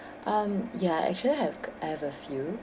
um ya actually I have c~ I have a few